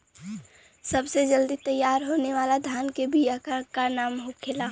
सबसे जल्दी तैयार होने वाला धान के बिया का का नाम होखेला?